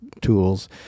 tools